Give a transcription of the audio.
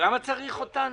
למה צריך אותנו?